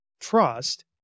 trust